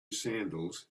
sandals